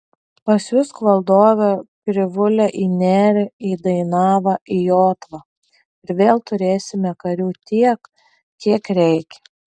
pasiųsk valdove krivūlę į nerį į dainavą į jotvą ir vėl turėsime karių tiek kiek reikia